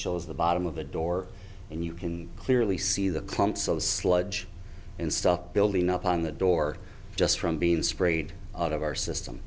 shows the bottom of the door and you can clearly see the clumps of sludge and stuff building up on the door just from being sprayed out of our system